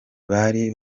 bari